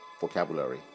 vocabulary